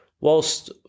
whilst